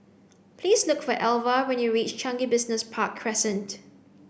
please look for Alva when you reach Changi Business Park Crescent